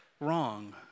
wrong